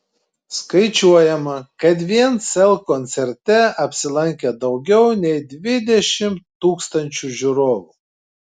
skaičiuojama kad vien sel koncerte apsilankė daugiau nei dvidešimt tūkstančių žiūrovų